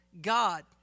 God